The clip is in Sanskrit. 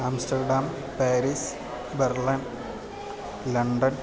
Amsterdam Paris Berlin London